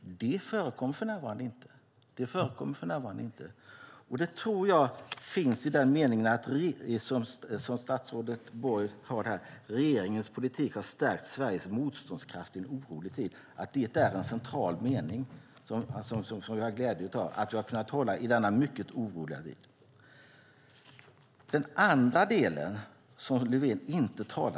Det förekommer för närvarande inte. Här tror jag att det som statsrådet Borg säger i svaret är viktigt: "Regeringens politik har stärkt Sveriges motståndskraft i en orolig tid." Det är en central mening. Vi har glädje av att vi har kunnat hålla en sådan politisk linje i denna mycket oroliga tid.